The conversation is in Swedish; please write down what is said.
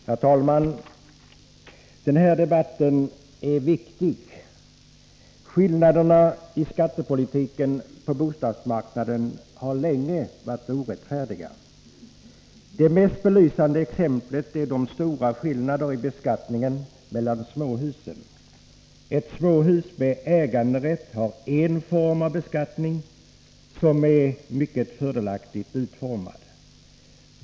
Herr talman! Den här debatten är viktig. Skillnaderna i skattepolitiken på bostadsmarknaden har länge varit orättfärdiga. Det mest belysande exemplet är den stora skillnaden i beskattningen mellan småhus. Ett småhus med äganderätt har en form av beskattning som är mycket fördelaktig.